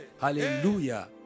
hallelujah